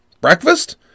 Breakfast